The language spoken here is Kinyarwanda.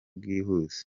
bwihuse